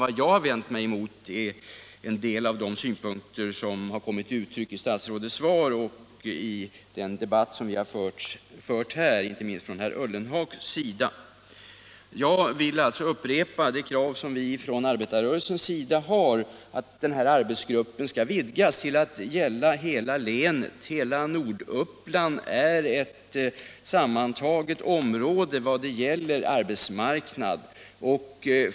Vad jag vände mig mot var en del av de synpunkter som kom till uttryck i statsrådets svar och i den debatt som har förts här, inte minst av herr Ullenhag. Jag vill upprepa det krav som vi från arbetarrörelsen har, nämligen att arbetsgruppen skall vidgas till att gälla hela länet. Hela Norduppland är ett sammantaget område vad gäller arbetsmarknaden.